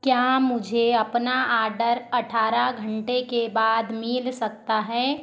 क्या मुझे अपना आर्डर अठारह घंटे के बाद मिल सकता है